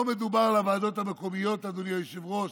לא מדובר על הוועדות המקומיות, אדוני היושב-ראש,